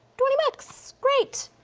twenty bucks, great,